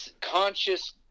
conscious